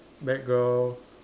background